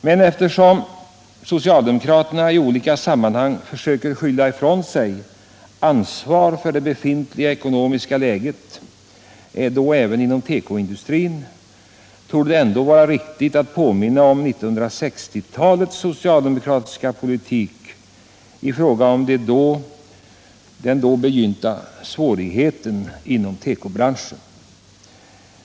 Men eftersom socialdemokraterna i olika sammanhang försöker skjuta ifrån sig ansvaret för det rådande ekonomiska läget även inom tekoindustrin torde det ändå vara riktigt att påminna om 1960-talets socialdemokratiska politik i fråga om de då begynnande svårigheterna inom tekobranschen.